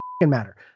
matter